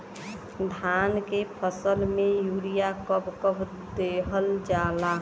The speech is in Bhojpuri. धान के फसल में यूरिया कब कब दहल जाला?